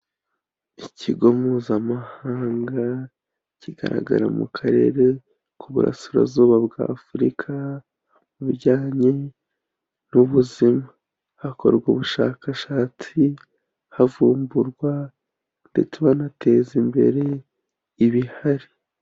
Ikigo mpuzamahanga, kigaragara mu karere k'uburasirazuba bwa Afurika, mu bijyanye n'ubuzima, hakorwa ubushakashatsi, havumburwa ndetse banateza imbere ibihari.